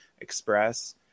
express